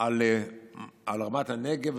על מו"פ רמת נגב,